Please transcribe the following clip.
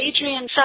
Adrian